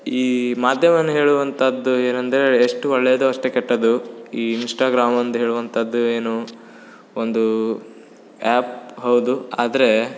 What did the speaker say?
ಈ ಮಾಧ್ಯಮವನ್ನು ಹೇಳುವಂಥದ್ದು ಏನಂದರೆ ಎಷ್ಟು ಒಳ್ಳೆಯದೋ ಅಷ್ಟೇ ಕೆಟ್ಟದ್ದು ಈ ಇನ್ಸ್ಟಾಗ್ರಾಮ್ ಒಂದು ಹೇಳುವಂಥದ್ದು ಏನು ಒಂದು ಆ್ಯಪ್ ಹೌದು ಆದರೆ